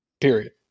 Period